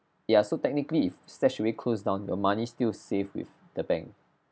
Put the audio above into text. ya so technically if StashAway closed down your money is still safe with the bank